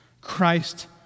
Christ